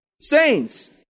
saints